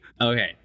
Okay